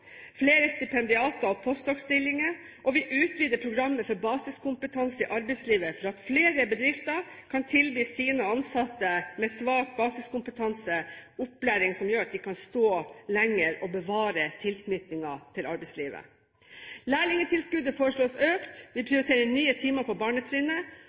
flere stipendiater og post doc.-stillinger, og vi utvider programmet for basiskompetanse i arbeidslivet for at flere bedrifter kan tilby sine ansatte med svak basiskompetanse, opplæring som gjør at de kan stå lenger og bevare tilknytningen til arbeidslivet. Lærlingtilskuddet foreslås økt, vi prioriterer nye timer på barnetrinnet,